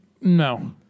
No